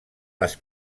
les